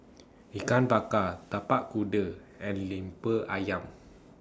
Ikan Bakar Tapak Kuda and Lemper Ayam